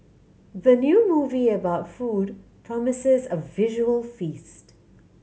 the new movie about food promises a visual feast